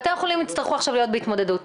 בתי החולים יצטרכו עכשיו להיות בהתמודדות.